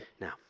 Now